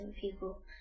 people